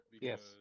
Yes